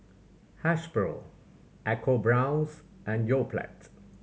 Hasbro ecoBrown's and Yoplait